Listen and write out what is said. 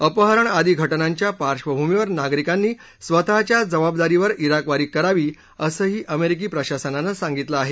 अपहरण आदी घटनांच्या पार्श्वभूमीवर नागरिकांनी स्वतःच्या जबाबदारीवर जिकवारी करावी असंही अमेरिकी प्रशासनानं सांगितलंआहे